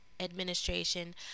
Administration